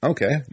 Okay